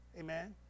Amen